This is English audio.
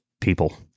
people